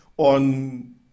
on